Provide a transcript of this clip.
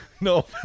No